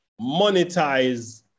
monetize